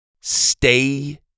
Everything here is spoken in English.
Stay